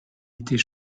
était